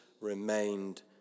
remained